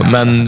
Men